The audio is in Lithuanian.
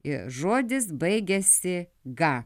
ir žodis baigiasi gą